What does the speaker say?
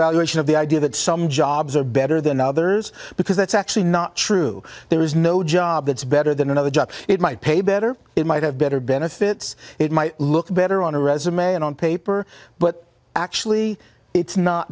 of the idea that some jobs are better than others because that's actually not true there is no job that's better than another job it might pay better it might have better benefits it might look better on a resume and on paper but actually it's not